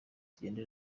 tugende